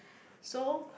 so